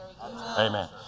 Amen